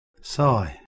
Sigh